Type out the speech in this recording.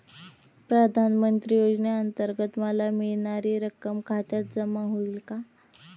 प्रधानमंत्री योजनेअंतर्गत मला मिळणारी रक्कम खात्यात जमा होईल का?